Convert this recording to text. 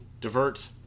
divert